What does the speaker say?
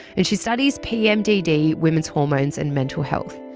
and she studies pmdd, women's hormones and mental health.